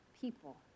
people